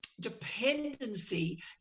dependency